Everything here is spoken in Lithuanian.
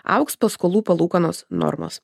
augs paskolų palūkanos normos